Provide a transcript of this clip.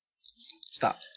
Stop